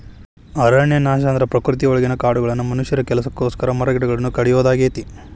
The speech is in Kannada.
ಅರಣ್ಯನಾಶ ಅಂದ್ರ ಪ್ರಕೃತಿಯೊಳಗಿರೋ ಕಾಡುಗಳನ್ನ ಮನುಷ್ಯನ ಕೆಲಸಕ್ಕೋಸ್ಕರ ಮರಗಿಡಗಳನ್ನ ಕಡಿಯೋದಾಗೇತಿ